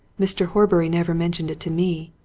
mr. horbury never mentioned it to me.